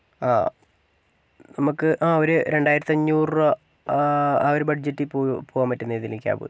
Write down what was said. ആ നമുക്ക് ആ ഒരു രണ്ടായിരത്തി അഞ്ഞൂറ് രൂപാ ആ ഒരു ബഡ്ജറ്റിൽ പോകാൻ പറ്റുന്ന ഏതേലും ക്യാമ്പ്